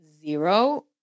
zero